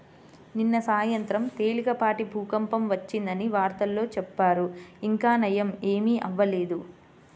నిన్న సాయంత్రం తేలికపాటి భూకంపం వచ్చిందని వార్తల్లో చెప్పారు, ఇంకా నయ్యం ఏమీ అవ్వలేదు